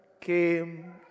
came